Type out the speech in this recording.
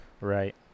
Right